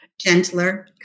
gentler